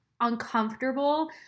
uncomfortable